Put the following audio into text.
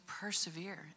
persevere